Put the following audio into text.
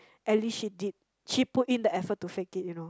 at least she did she put in the effort to fake it you know